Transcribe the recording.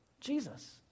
Jesus